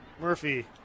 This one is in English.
Murphy